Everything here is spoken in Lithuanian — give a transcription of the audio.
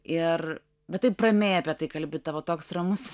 ir bet taip ramiai apie tai kalbi tavo toks ramus